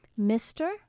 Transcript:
Mr